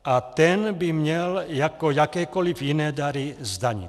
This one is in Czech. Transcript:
A ten by měl jako jakékoliv jiné dary, zdanit.